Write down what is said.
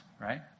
right